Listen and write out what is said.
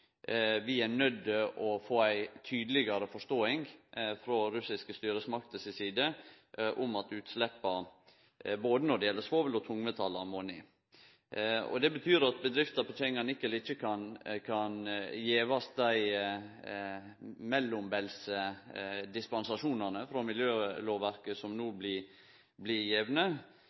er nøydde til å få ei tydelegare forståing frå russiske styresmakter si side om at utsleppa, når det gjeld både svovel og tungmetall, må ned. Det betyr at bedrifta Petsjenganikel ikkje kan bli gjeve dei mellombels dispensasjonane frå miljølovverket som no blir gjevne,